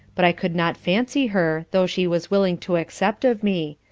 but i could not fancy her, though she was willing to accept of me,